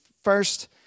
First